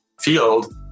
field